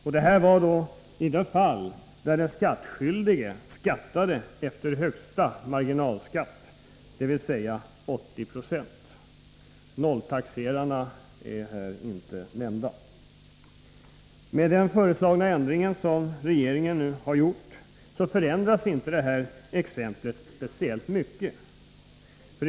Och detta var då i det fall där den skattskyldige skattade efter högsta marginalskatt, dvs. 80 20. Nolltaxerarna är inte nämnda. Med den ändring som regeringen föreslår förändras inte detta exempel speciellt mycket.